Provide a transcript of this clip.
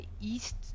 east